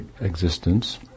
Existence